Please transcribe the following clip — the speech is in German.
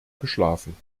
geschlafen